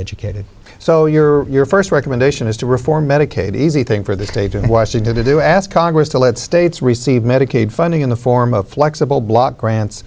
educated so your first recommendation is to reform medicaid easy thing for the state of washington to do ask congress to let states receive medicaid funding in the form of flexible block grants